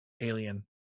alien